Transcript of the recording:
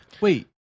Wait